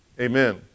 Amen